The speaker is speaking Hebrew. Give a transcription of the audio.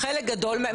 חלק גדול מהם,